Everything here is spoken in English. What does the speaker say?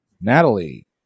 Natalie